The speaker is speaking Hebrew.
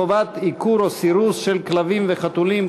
חובת עיקור או סירוס של כלבים וחתולים),